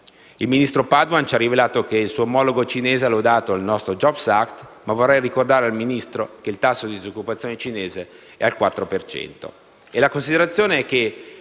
Il ministro Padoan ci ha rivelato che il suo omologo cinese ha lodato il nostro *jobs act*, ma vorrei ricordare al nostro Ministro che il tasso di disoccupazione cinese è al 4